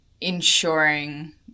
ensuring